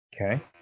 Okay